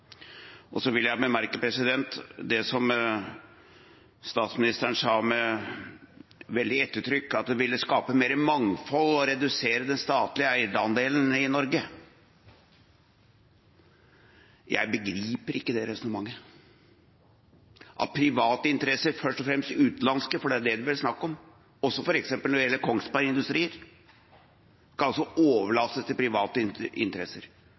Så vil jeg bemerke det som statsministeren sa med veldig ettertrykk, at det ville skape mer mangfold å redusere den statlige eierandelen i Norge. Jeg begriper ikke det resonnementet, at f.eks. Kongsberg Industrier skal overlates til private interesser, først og fremst utenlandske, for det var det det var snakk om. Hvorfor i all verden gjør man det?